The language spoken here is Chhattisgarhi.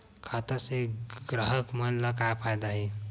खाता से ग्राहक मन ला का फ़ायदा हे?